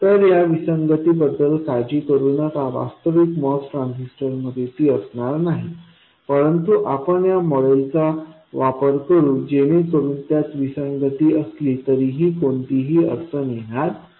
तर या विसंगतीबद्दल काळजी करू नका वास्तविक MOS ट्रान्झिस्टरमध्ये ती असणार नाही परंतु आपण या मॉडेल्सचा वापर करू जेणेकरून त्यात विसंगती असली तरीही कोणतीही अडचण येणार नाही